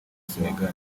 sénégal